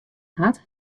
hat